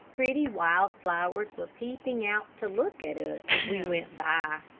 pretty wild flowers were peeping out to look at us as we went by.